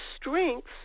strengths